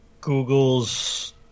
Google's